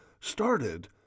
started